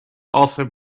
also